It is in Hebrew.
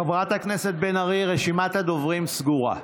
חברת הכנסת בן ארי, רשימת הדוברים סגורה.